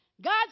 God